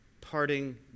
parting